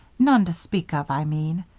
none to speak of, i mean.